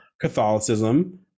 Catholicism